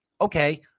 Okay